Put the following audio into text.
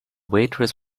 waitress